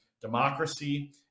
democracy